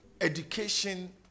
education